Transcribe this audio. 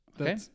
Okay